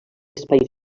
espais